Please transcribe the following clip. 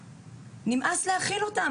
נמאס להכיל אותם,